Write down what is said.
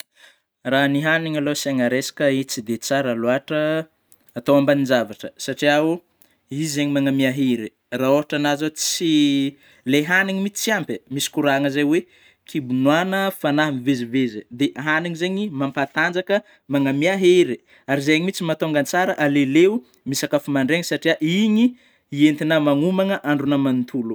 Raha ny haniny alôha no asiana resaky, io tsy de tsara lôatra atao ambanin-javatra, satraia izy zeigny manome hery, raha hôtranahy zao, tsy ,ilay haniny mihintsy tsy ampy eh, misy koragna zay oe: kibo nôana fanahy mivezivezy, de haniny zeigny mampatanjaka, magname hery ary zay mihitsy ahatonga tsara, aleoleo misakafo mandraigny, satria igny entigna magnomagna andrognao magnontolo.